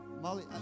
Molly